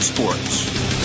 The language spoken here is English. Sports